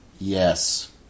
Yes